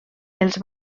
els